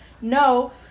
no